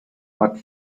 but